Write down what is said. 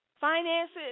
Finances